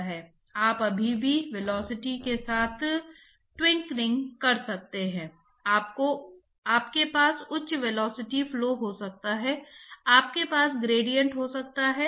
तो सभी परिमाणीकरण प्रक्रिया अगले व्याख्यानों में विभिन्न प्रकार की ज्योमेट्री के लिए चर्चा करने जा रहे हैं विभिन्न प्रकार के प्रवाह गुण अनिवार्य रूप से यह पता लगाने के लिए हैं कि यह ग्रेडिएंट क्या है